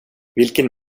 vilken